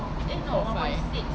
one five